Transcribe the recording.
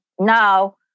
now